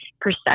Perception